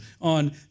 on